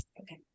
okay